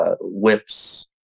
whips